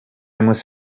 must